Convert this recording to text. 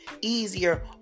easier